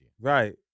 right